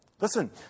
Listen